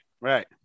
Right